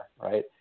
right